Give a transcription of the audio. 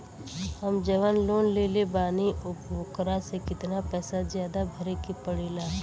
हम जवन लोन लेले बानी वोकरा से कितना पैसा ज्यादा भरे के पड़ेला?